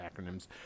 acronyms